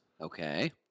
Okay